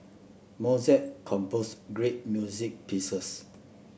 Mozart composed great music pieces